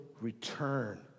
return